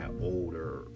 older